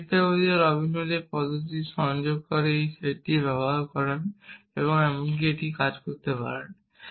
আমরা দেখতে পাব যে রবিনসনের পদ্ধতিটি সংযোগকারীর এই সেটটি ব্যবহার করে আপনি এমনকি কাজ করতে পারেন